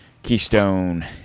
Keystone